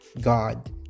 God